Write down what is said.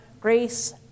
grace